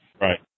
Right